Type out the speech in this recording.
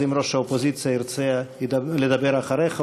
אז אם ראש האופוזיציה ירצה לדבר אחריך,